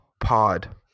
Pod